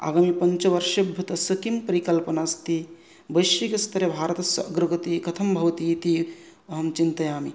आवां पञ्चवर्षेभ्यः तस्य किं परिकल्पना अस्ति वैदेशिकस्तरे भारतस्य अग्रगति कथं भवति इति अहं चिन्तयामि